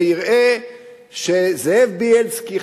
ויראה שזאב בילסקי,